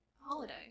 holiday